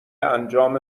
انجام